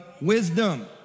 wisdom